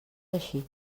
així